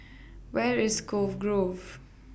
Where IS Cove Grove